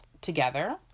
together